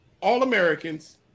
All-Americans